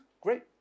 great